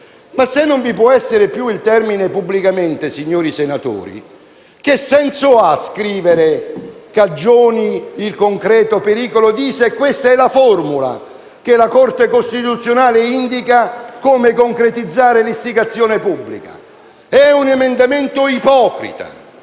Ma se non vi può più essere il termine «pubblicamente», signori senatori, che senso ha scrivere «cagioni il concreto pericolo di» se questa è la formula che la Corte costituzionale indica per concretizzare l'istigazione pubblica? Si tratta di un emendamento ipocrita,